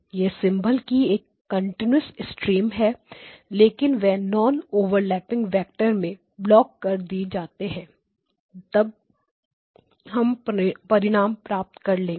यह सिंबल की एक कन्टीन्यूस स्ट्रीम है लेकिन वे नॉन ओवरलैपिंग वेक्टर में ब्लॉक कर दिए जाते हैं तब हम परिणाम प्राप्त कर लेंगे